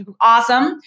Awesome